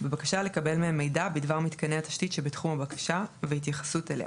בבקשה לקבל מהם מידע בדבר מתקני התשתית שבתחום הבקשה ובהתייחסות אליה